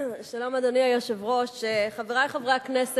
לוועדת החוקה, חוק ומשפט.